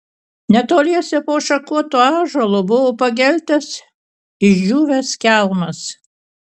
netoliese po šakotu ąžuolu buvo pageltęs išdžiūvęs kelmas